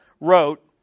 wrote